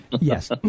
Yes